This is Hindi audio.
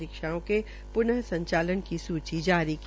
परीक्षाओं के पुन संचालन की सूची जारी की